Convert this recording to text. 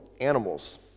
animals